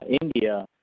India